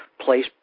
place